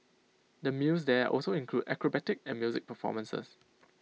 the meals there also include acrobatic and music performances